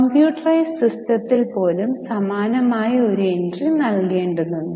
computerised സിസ്റ്റത്തിൽ പോലും സമാനമായ ഒരു എൻട്രി നൽകേണ്ടതുണ്ട്